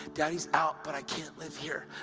daddy's out, but i can't live here.